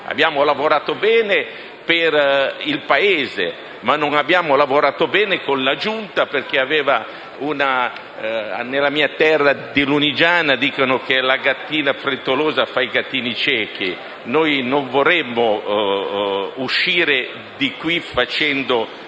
abbiamo lavorato bene per il Paese, ma non abbiamo lavorato bene con la Giunta. Nella mia terra di Lunigiana si dice che la gattina frettolosa fa i gattini ciechi. Noi non vorremmo uscire da qui facendo